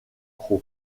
crow